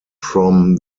from